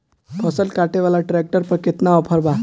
फसल काटे वाला ट्रैक्टर पर केतना ऑफर बा?